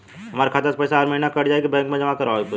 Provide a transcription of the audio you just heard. हमार खाता से पैसा हर महीना कट जायी की बैंक मे जमा करवाए के होई?